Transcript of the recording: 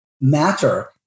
matter